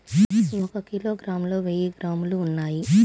ఒక కిలోగ్రామ్ లో వెయ్యి గ్రాములు ఉన్నాయి